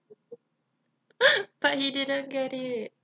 but he didn't get it